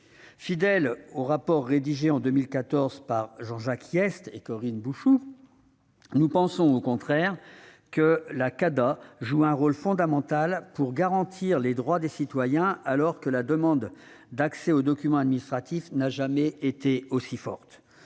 Fidèles au rapport rédigé en 2014 par Jean-Jacques Hyest et Corinne Bouchoux, nous pensons au contraire que la CADA joue un rôle fondamental pour garantir les droits des citoyens, alors que la demande d'accès aux documents administratifs n'a jamais été aussi forte.